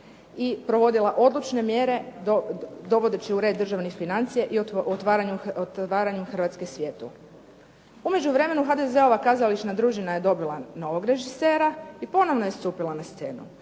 i provodila odlučne mjere dovodeći u red državne financije i otvaranju Hrvatske svijetu. U međuvremenu HDZ-ova kazališna družina je dobila novog režisera i ponovno je stupila na scenu.